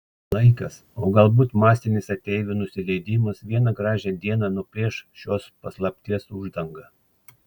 laikas o galbūt masinis ateivių nusileidimas vieną gražią dieną nuplėš šios paslapties uždangą